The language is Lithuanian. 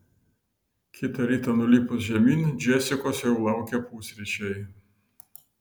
kitą rytą nulipus žemyn džesikos jau laukė pusryčiai